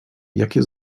jakie